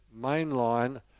mainline